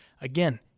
again